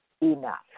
enough